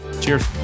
cheers